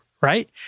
right